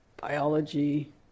biology